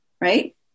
right